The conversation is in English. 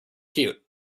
cute